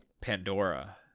Pandora